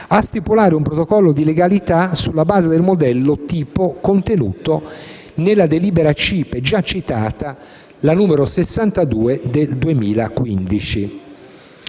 a stipulare un protocollo di legalità sulla base del modello tipo contenuto nella delibera CIPE n. 62 del 2015.